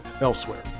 elsewhere